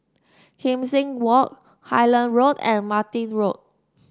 Kim Seng Walk Highland Road and Martin Road